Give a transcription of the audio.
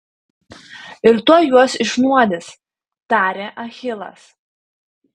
ir tuoj juos išnuodys tarė achilas